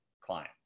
client